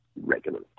regular